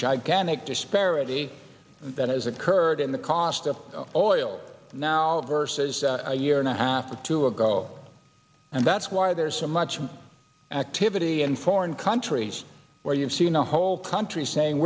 gigantic disparity that has occurred in the cost of oil now versus a year and a half or two ago and that's why there's so much activity in foreign countries where you've seen a whole country saying